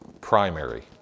primary